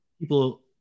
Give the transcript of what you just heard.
people